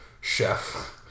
chef